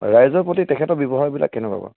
ৰাইজৰ প্ৰতি তেখেতৰ ব্যৱহাৰবিলাক কেনেকুৱা বা